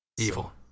Evil